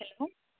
hello